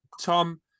Tom